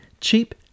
cheap